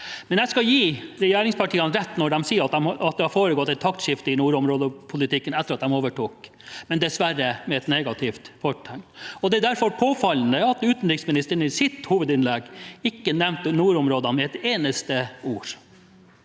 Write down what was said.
Jeg skal gi regjeringspartiene rett når de sier at det har foregått et taktskifte i nordområdepolitikken etter at de overtok, men det er dessverre med negativt fortegn. Det er derfor påfallende at utenriksministeren i sitt hovedinnlegg ikke nevnte nordområdene med et eneste ord.